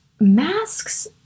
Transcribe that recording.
masks